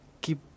keep